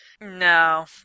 no